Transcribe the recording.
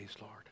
Lord